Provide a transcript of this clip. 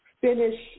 finish